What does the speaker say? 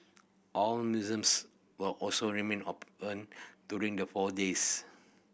all museums will also remain open during the four days